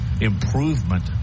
improvement